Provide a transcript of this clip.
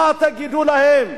מה תגידו להם?